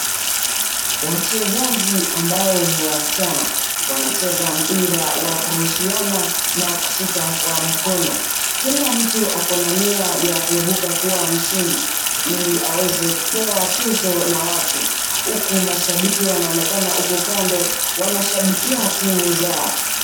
Wachezaji ambao ni wasichana wanacheza mpira wa kurushiana na kushika kwa mkono. Kila mtu akona nia ya kuibuka kua mshindi ili aweze kupewa tuzo na watu huku mashabiki wanaonekana huku kando wanashabikia timu zao.